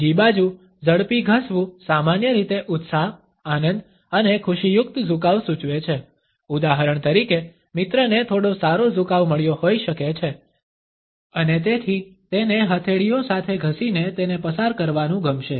બીજી બાજુ ઝડપી ઘસવું સામાન્ય રીતે ઉત્સાહ આનંદ અને ખુશીયુક્ત ઝુકાવ સૂચવે છે ઉદાહરણ તરીકે મિત્રને થોડો સારો ઝુકાવ મળ્યો હોઈ શકે છે અને તેથી તેને હથેળીઓ સાથે ઘસીને તેને પસાર કરવાનું ગમશે